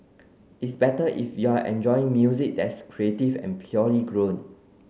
it's better if you're enjoying music that's creative and purely grown